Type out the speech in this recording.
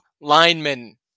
linemen